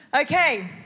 Okay